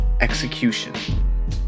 Execution